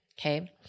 okay